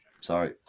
Sorry